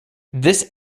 this